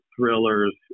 thrillers